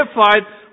identified